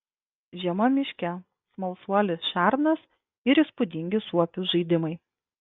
žiema miške smalsuolis šernas ir įspūdingi suopių žaidimai